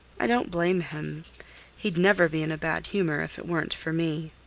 i don't blame him he'd never be in a bad humor if it weren't for me.